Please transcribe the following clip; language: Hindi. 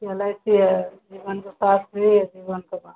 यह एल आई सी है जीवन के साथ भी है जीवन के बाद भी